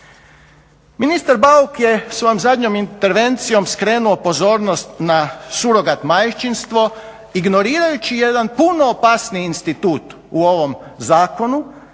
Ministar Bauk je svojom zadnjom intervencijom skrenuo pozornost na surogat majčinstvo ignorirajući jedan puno opasniji institut u ovom zakonu